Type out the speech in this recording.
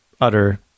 utter